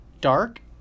dark